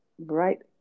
right